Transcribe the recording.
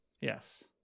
Yes